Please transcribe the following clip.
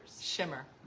Shimmer